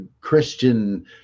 Christian